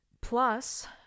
plus